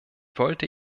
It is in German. wollte